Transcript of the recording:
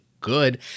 good